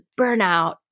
burnout